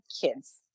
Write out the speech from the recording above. kids